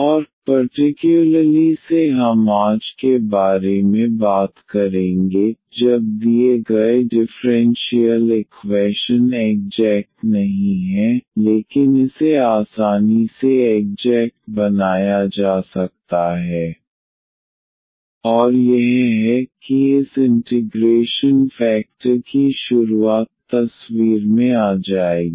और पर्टिक्युलरली से हम आज के बारे में बात करेंगे जब दिए गए डिफ़्रेंशियल इक्वैशन एग्जेक्ट नहीं हैं लेकिन इसे आसानी से एग्जेक्ट बनाया जा सकता है और यह है कि इस इंटिग्रेशन फेकटर की शुरूआत तस्वीर में आ जाएगी